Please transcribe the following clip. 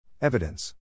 Evidence